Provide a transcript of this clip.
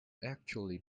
actually